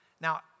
Now